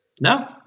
no